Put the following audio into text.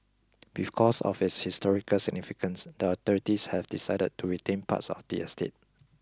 because of its historical significance the authorities have decided to retain parts of the estate